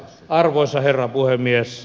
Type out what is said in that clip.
arvoisa herra puhemies